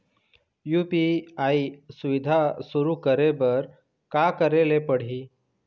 UPI सुविधा शुरू करे बर का करे ले पड़ही?